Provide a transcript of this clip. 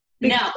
No